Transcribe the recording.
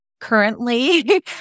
currently